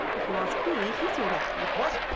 if you ask me, he's your man. what?